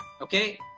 Okay